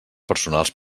personals